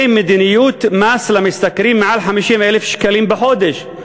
מדיניות מס למשתכרים יותר מ-50,000 שקלים בחודש,